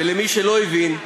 ולמי שלא הבין,